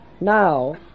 Now